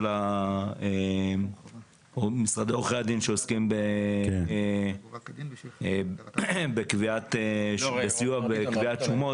משרדי עורכי הדין שעוסקים בסיוע בקביעת שומות.